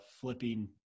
flipping